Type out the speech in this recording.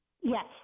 Yes